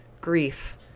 grief